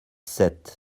sept